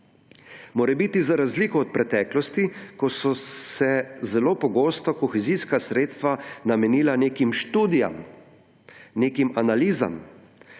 Morebiti za razliko od preteklosti, ko so se zelo pogosto kohezijska sredstva namenila nekim študijam, nekim analizam,